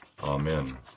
Amen